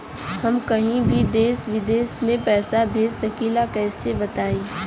हम कहीं भी देश विदेश में पैसा भेज सकीला कईसे बताई?